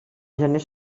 gener